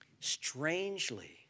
strangely